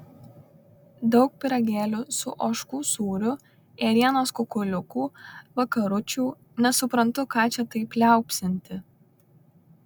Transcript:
daug pyragėlių su ožkų sūriu ėrienos kukuliukų vakaručių nesuprantu ką čia taip liaupsinti